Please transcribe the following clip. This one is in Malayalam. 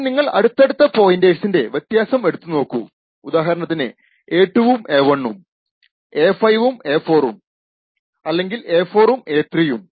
പക്ഷെ നിങ്ങൾ അടുത്തടുത്ത പോയിന്റേഴ്സിന്റെ വ്യത്യാസം എടുത്തു നോക്കൂ ഉദാഹരണത്തിന് a2 ഉം a1 ഉം a5 ഉം a4 ഉം അല്ലെങ്കിൽ a4 ഉം a3 ഉം